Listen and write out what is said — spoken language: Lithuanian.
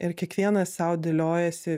ir kiekvienas sau dėliojasi